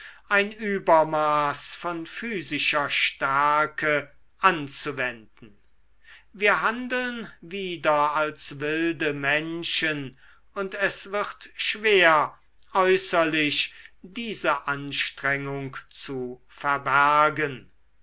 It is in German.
ein übermaß von physischer stärke anzuwenden wir handeln wieder als wilde menschen und es wird schwer äußerlich diese anstrengung zu verbergen